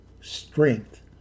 strength